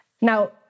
Now